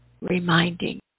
reminding